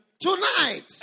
Tonight